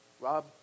Rob